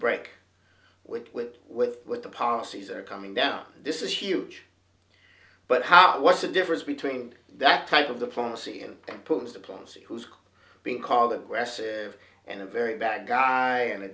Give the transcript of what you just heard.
break with with with what the policies are coming down this is huge but how what's the difference between that type of the policy and putin's diplomacy who's being called aggressive and a very bad guy and a